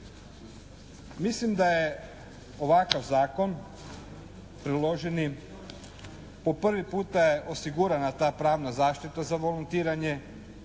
Mislim da je ovakav Zakon priloženi, po prvi puta je osigurana ta pravna zaštita za volontiranje